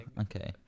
Okay